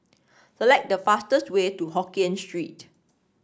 select the fastest way to Hokkien Street